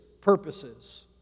purposes